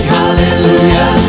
hallelujah